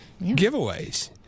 giveaways